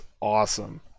awesome